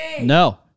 No